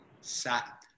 sat